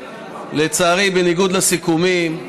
בניגוד לסיכומים,